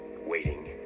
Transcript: waiting